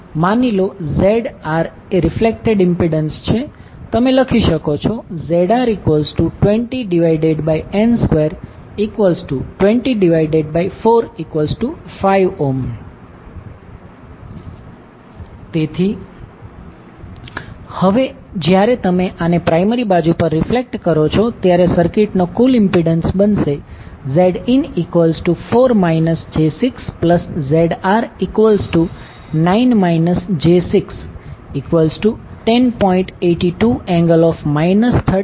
માની લો ZR એ રિફ્લેક્ટેડ ઇમ્પિડન્સ છે તમે લખી શકો છો ZR20n22045 હવે જ્યારે તમે આને પ્રાયમરી બાજુ પર રિફ્લેક્ટ કરો છો ત્યારે સર્કિટનો કુલ ઇમ્પિડન્સ બનશે Zin4 j6ZR9 j610